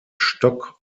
stock